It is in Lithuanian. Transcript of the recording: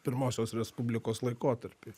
pirmosios respublikos laikotarpį